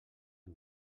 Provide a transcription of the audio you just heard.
amb